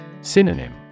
Synonym